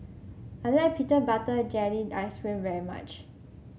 I like Peanut Butter Jelly Ice cream very much